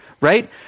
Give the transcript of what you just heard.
right